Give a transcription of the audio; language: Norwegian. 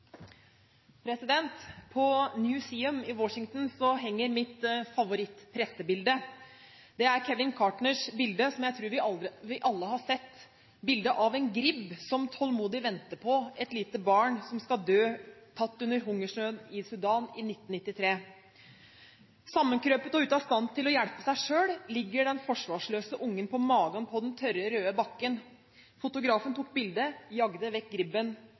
bilde, som jeg tror vi alle har sett – bildet av en gribb som tålmodig venter på at et lite barn skal dø. Bildet er tatt under hungersnøden i Sudan i 1993. Sammenkrøpet og ute av stand til å hjelpe seg selv ligger den forsvarsløse ungen på magen på den tørre røde bakken. Fotografen tok bildet, jaget vekk gribben